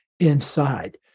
Inside